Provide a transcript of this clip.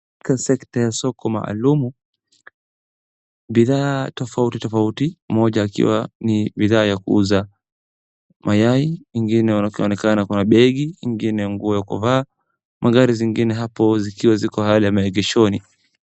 Kwa sector ya soko maaalumu, bidhaa tofauti tofauti moja akiwa ni bidhaa ya kuuza mayai, ingine ikionekana kuna begi, ingine nguo ya kuvaa. Magari zingine hapo zikiwa ziko hali ya megeshoni.